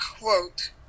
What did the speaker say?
quote